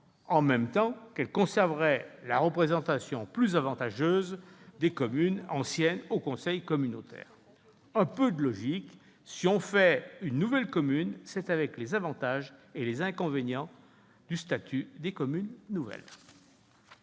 en même temps qu'elles conserveraient la représentation plus avantageuse des communes anciennes au conseil communautaire. Un peu de logique ! Si l'on crée une commune nouvelle, c'est avec les avantages et les inconvénients du statut des communes nouvelles.